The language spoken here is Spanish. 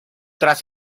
tras